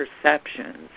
perceptions